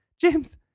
James